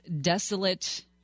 desolate